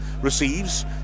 receives